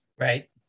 Right